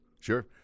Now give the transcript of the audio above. Sure